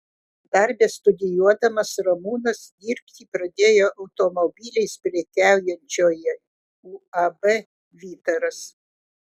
dar bestudijuodamas ramūnas dirbti pradėjo automobiliais prekiaujančioje uab vytaras